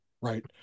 right